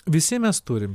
visi mes turim